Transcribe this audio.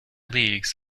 leagues